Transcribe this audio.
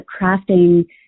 crafting